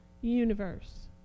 universe